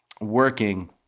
working